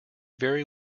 very